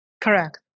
Correct